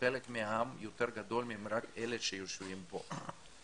חלק מעם יותר גדול מרק אלה שיושבים פה.